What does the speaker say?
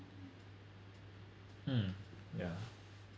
mm yeah